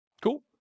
Cool